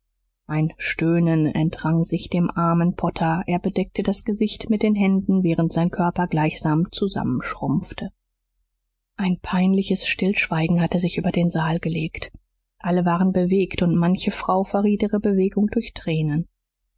ein stöhnen entrang sich dem armen potter er bedeckte das gesicht mit den händen während sein körper gleichsam zusammenschrumpfte ein peinliches stillschweigen hatte sich über den saal gelegt alle waren bewegt und manche frau verriet ihre bewegung durch tränen